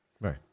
right